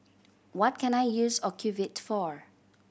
what can I use Ocuvite for